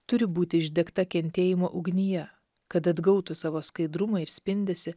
turi būti išdegta kentėjimo ugnyje kad atgautų savo skaidrumą ir spindesį